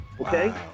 Okay